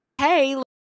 hey